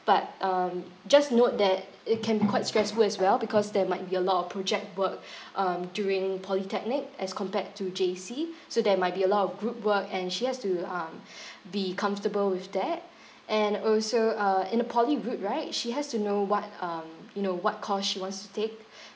but um just note that it can be quite stressful as well because there might be a lot of project work um during polytechnic as compared to J_C so there might be a lot of group work and she has to um be comfortable with that and also uh in the poly route right she has to know what um you know what course she wants to take